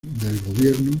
gobierno